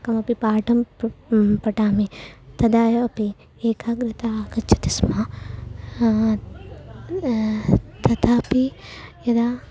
कमपि पाठं पृ पठामि तदा एव अपि एकाग्रता आगच्छति स्म तथापि यदा